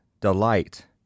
Delight